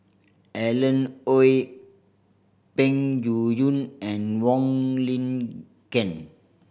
Alan Oei Peng Yuyun and Wong Lin Ken